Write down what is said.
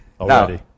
already